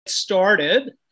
Started